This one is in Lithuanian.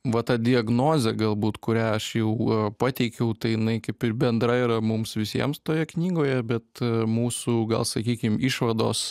va ta diagnozė galbūt kurią aš jau pateikiau tai jinai kaip ir bendra yra mums visiems toje knygoje bet mūsų gal sakykim išvados